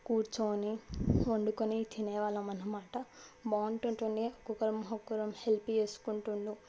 కూర్చొని వండుకొని తినేవాళ్ళం అన్నమాట బాగుంటుండే ఒకరం ఒకరం హెల్ప్ చేసుకుంటుంటే